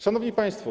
Szanowni Państwo!